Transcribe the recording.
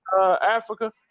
africa